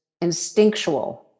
instinctual